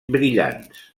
brillants